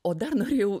o dar norėjau